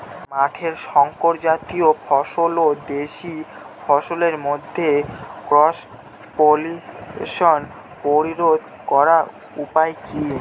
মাঠের শংকর জাতীয় ফসল ও দেশি ফসলের মধ্যে ক্রস পলিনেশন প্রতিরোধ করার উপায় কি?